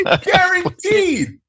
Guaranteed